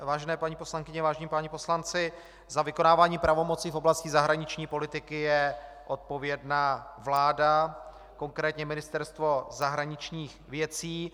Vážené paní poslankyně, vážení páni poslanci, za vykonávání pravomoci v oblasti zahraniční politiky je odpovědná vláda, konkrétně Ministerstvo zahraničních věcí.